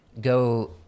go